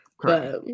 Correct